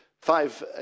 five